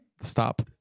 Stop